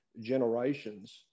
generations